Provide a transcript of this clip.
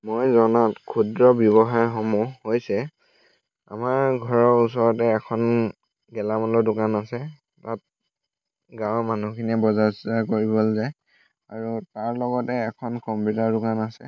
মই জনাত ক্ষুদ্ৰ ব্যৱসায়সমূহ হৈছে আমাৰ ঘৰৰ ওচৰতে এখন গেলামালৰ দোকান আছে তাত গাঁৱৰ মানুহখিনিয়ে বজাৰ চজাৰ কৰিবলে যায় আৰু তাৰ লগতে এখন কম্পিউটাৰ দোকান আছে